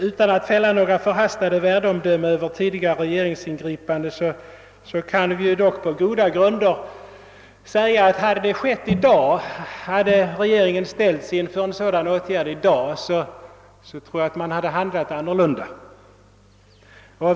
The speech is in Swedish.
Utan att fälla några förhastade värdeomdömen över tidigare regeringsingripanden kan vi dock på goda grunder säga oss att regeringen, om den i dag hade ställts inför samma situation, troligen skulle ha handlat annorlunda.